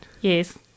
Yes